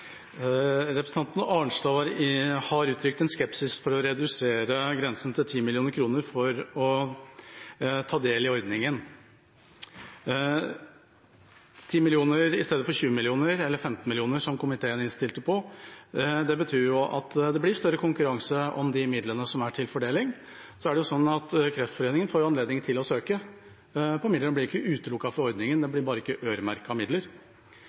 redusere grensen til 10 mill. kr for å ta del i ordningen. 10 mill. kr i stedet for 20 mill. kr, eller 15 mill. kr, som komiteen innstilte på, betyr at det blir større konkurranse om de midlene som er til fordeling. Så er det jo slik at Kreftforeningen får anledning til å søke på midler. De blir ikke utelukket fra ordningen, det blir bare ikke øremerkede midler.